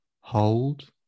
hold